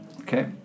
Okay